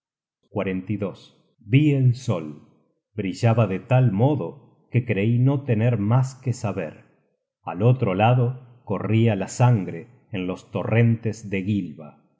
vi el sol brillaba de tal modo que creí no tener mas que saber al otro lado corria la sangre en los torrentes de gilva